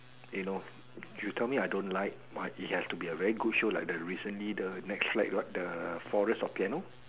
you know you tell me I don't like but it has to be a very good show like the recently the netflix got the forest of piano